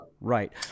right